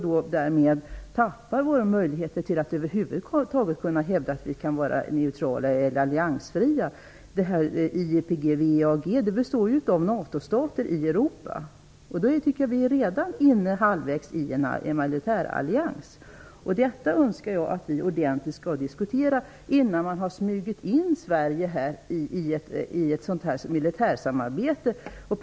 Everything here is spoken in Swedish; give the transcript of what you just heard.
Därmed tappar vi våra möjligheter att över huvud taget kunna hävda att vi kan vara neutrala eller alliansfria. WEAG består av NATO-stater i Europa. I så fall är vi redan halvvägs inne i en militärallians. Detta vill jag att vi skall diskutera ordentligt innan Sverige smygs in i ett militärsamarbete av den här typen.